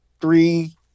Three